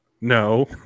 no